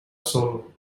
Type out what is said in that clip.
solo